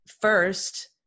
first